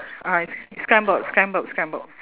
uh it's scrambled scrambled scrambled